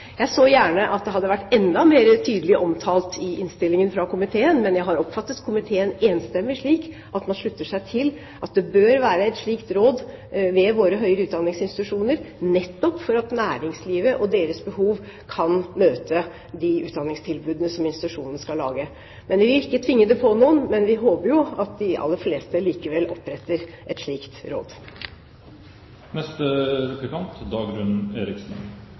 Jeg så gjerne at det hadde vært enda mer tydelig omtalt i innstillingen fra komiteen. Men jeg har oppfattet komiteen som enstemmig idet man slutter seg til at det bør være et slikt råd ved våre høyere utdanningsinstitusjoner, nettopp for at næringslivet og deres behov kan møte de utdanningstilbudene som institusjonene skal lage. Jeg vil ikke tvinge det på noen, men vi håper likevel at de aller fleste oppretter et slikt råd.